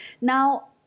Now